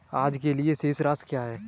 आज के लिए शेष राशि क्या है?